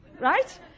right